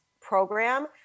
program